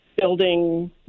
building